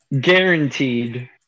Guaranteed